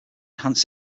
enhanced